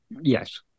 Yes